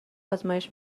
آزمایش